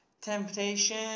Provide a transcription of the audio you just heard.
temptation